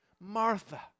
Martha